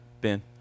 Ben